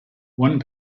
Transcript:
one